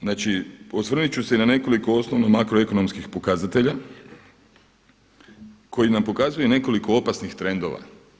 Znači osvrnut ću se i na nekoliko osnovnih makroekonomskih pokazatelja koji nam pokazuju i nekoliko opasnih trendova.